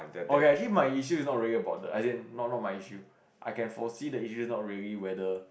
okay lah actually my issue is not really about the as in not not my issue I can foresee the issue is not really whether